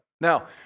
Now